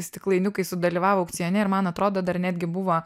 stiklainiukai sudalyvavo aukcione ir man atrodo dar netgi buvo